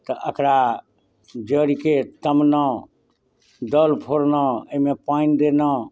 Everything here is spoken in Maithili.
तऽ एकरा जड़िके तमलहुॅं दल फोड़लहुॅं एहिमे पानि देलहुॅं